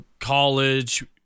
college